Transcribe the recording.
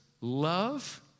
love